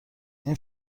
این